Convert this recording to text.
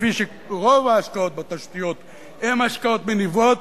כפי שרוב ההשקעות בתשתיות הן השקעות מניבות,